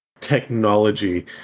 technology